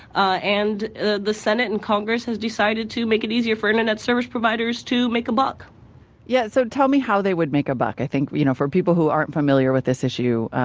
ah and ah the senate and congress has decided to make it easier for internet service providers to make a buck yeah so tell me how they would make a buck. i think, you know, for people who aren't familiar with this issue,